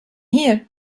here